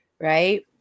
right